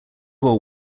war